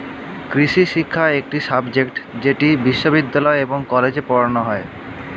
কৃষিশিক্ষা একটি সাবজেক্ট যেটি বিশ্ববিদ্যালয় এবং কলেজে পড়ানো হয়